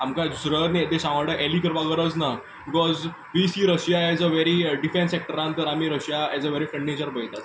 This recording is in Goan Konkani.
आमकां दुसऱ्यां देशा वांगडा एली करपा गरज ना because we see Russia as a very defence सेक्टरांट तर आमी Russia as a very friendly nation पळयतात